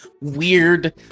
weird